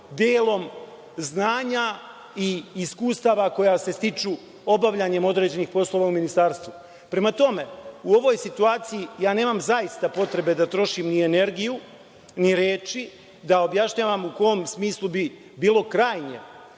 delom znanja i iskustava koja se stiču obavljanjem određenih poslova u ministarstvu. Prema tome, u ovoj situaciji ja nemam zaista potrebe da trošim ni energiju, ni reči da objašnjavam u kom smislu bi bilo krajnje